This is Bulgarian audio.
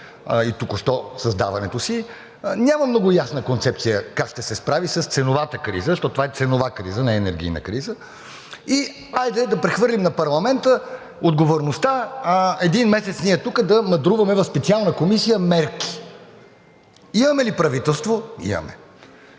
и току-що създадено си няма много ясна концепция как ще се справи с ценовата криза? Защото това е ценова криза, не е енергийна криза. И хайде да прехвърлим на парламента отговорността един месец тук да мъдруваме мерки в специална комисия. Имаме ли правителство – имаме!